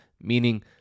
meaning